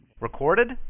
Recorded